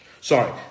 sorry